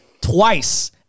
twice